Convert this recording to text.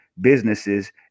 businesses